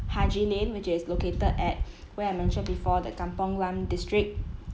haji lane which is located at where I mentioned before the kampong glam district